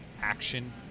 action